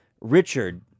Richard